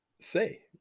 say